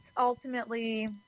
ultimately